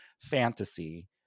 fantasy